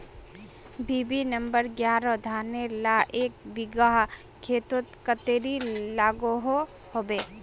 BB number एगारोह धानेर ला एक बिगहा खेतोत कतेरी लागोहो होबे?